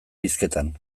hizketan